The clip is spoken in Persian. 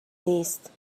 نیست